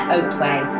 Oatway